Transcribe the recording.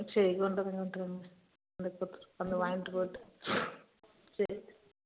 ம் சரி கொண்டு வந்து கொடுக்குறேங்க வந்து கொடுத்துட்டு வந்து வாங்கிட்டு போய்ட்டு சரி